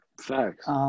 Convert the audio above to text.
Facts